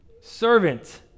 servant